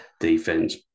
Defense